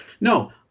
No